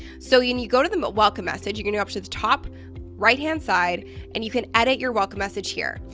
so you know you go to the but welcome message you're gonna go up to the top right hand side and you can edit your welcome message here.